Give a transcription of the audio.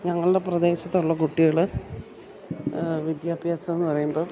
ഞങ്ങളുടെ പ്രദേശത്തുള്ള കുട്ടികൾ വിദ്യാഭ്യാസം എന്നു പറയുമ്പം